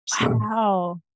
Wow